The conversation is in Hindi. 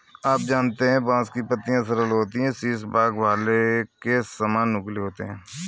आप जानते है बांस की पत्तियां सरल होती है शीर्ष भाग भाले के सामान नुकीले होते है